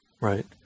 Right